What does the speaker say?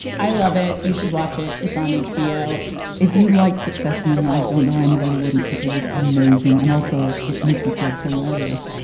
i love it. you should watch it it's on hbo if you'd like succession and i don't know why anybody wouldn't because it is amazing. and also it must be said hilarious.